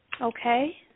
Okay